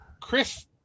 Chris